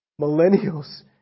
Millennials